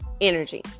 energy